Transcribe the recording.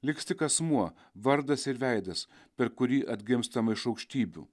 liks tik asmuo vardas ir veidas per kurį atgimstama iš aukštybių